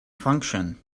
function